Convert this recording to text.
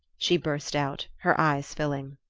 she burst out, her eyes filling.